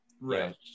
Right